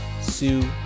Sue